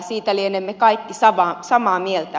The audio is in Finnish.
siitä lienemme kaikki samaa mieltä